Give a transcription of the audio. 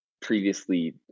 previously